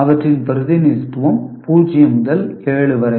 அவற்றின் பிரதிநிதித்துவம் 0 முதல் 7 வரை